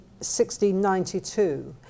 1692